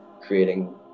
creating